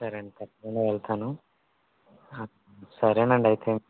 సరే అండి నేను వెళ్తాను సరేనండి అయితే